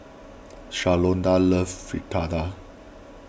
Shalonda loves Fritada